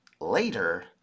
later